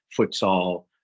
futsal